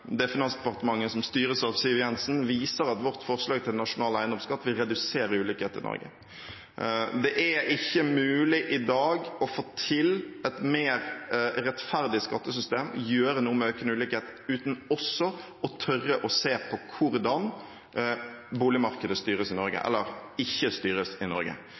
det Finansdepartementet som styres av Siv Jensen – viser at vårt forslag til nasjonal eiendomsskatt vil redusere ulikhet i Norge. Det er ikke mulig i dag å få til et mer rettferdig skattesystem, å gjøre noe med økende ulikhet, uten også å tørre å se på hvordan boligmarkedet styres i Norge – eller ikke styres i Norge.